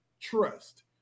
trust